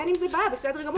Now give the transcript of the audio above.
אין הערה, יש רשות דיבור.